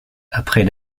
après